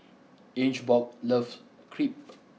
Ingeborg loves Crepe